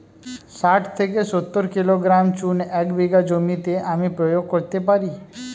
শাঠ থেকে সত্তর কিলোগ্রাম চুন এক বিঘা জমিতে আমি প্রয়োগ করতে পারি?